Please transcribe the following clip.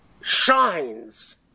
shines